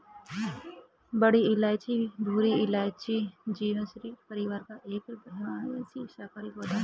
बड़ी इलायची भूरी इलायची, जिंजिबेरेसी परिवार का एक बारहमासी शाकाहारी पौधा है